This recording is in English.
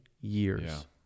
years